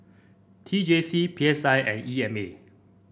T J C P S I and E M A